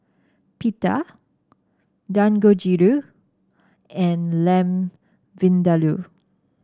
Pita Dangojiru and Lamb Vindaloo